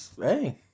Hey